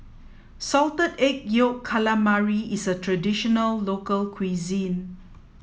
salted egg yolk calamari is a traditional local cuisine